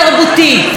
השקיפות,